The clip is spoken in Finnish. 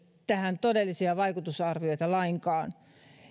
tähän todellisia vaikutusarvioita lainkaan